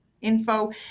info